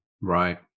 Right